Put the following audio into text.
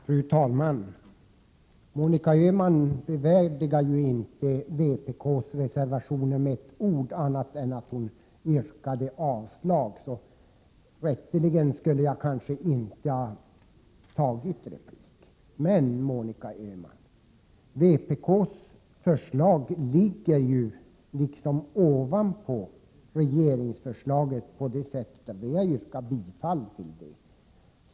Fru talman! Monica Öhman bevärdigade inte vpk:s reservationer med ett ord annat än att hon yrkade avslag på dem. Rätteligen skulle jag kanske inte ha begärt replik. Men, Monica Öhman, vpk:s förslag ligger ovanpå regeringsförslaget på det sättet att vi har yrkat bifall till det.